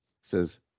Says